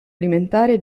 alimentare